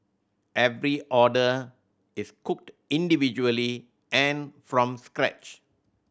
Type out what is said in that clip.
every order is cooked individually and from scratch